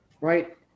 right